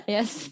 Yes